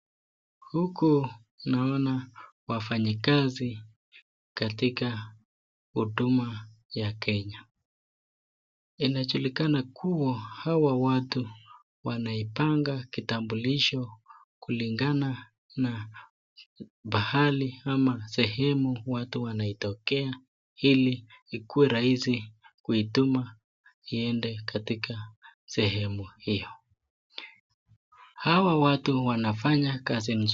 Huku naona wafanyakazi katika huduma ya kenya. Inajulikana kuwa hawa watu wanaipanga kutambulisho kulingana na pahali ama sehemu watu wanaitokea ili ikuwe rahisi kuituma iende katika sehemu hiyo. Hawa watu wanafanya kazi mzuri.